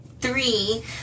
three